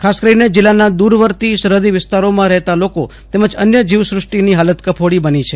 ખાસ કરીને જીલ્લાનાં દૂરવર્તી સરફદી વિસ્તારોમાં રહેતા લોકો તેમજ અન્ય જીવસૃષ્ટી ની હાલત કફોડી બની છે